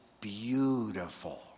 beautiful